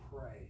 pray